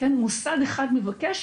מוסד אחד מבקש,